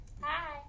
Hi